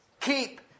keep